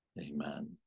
Amen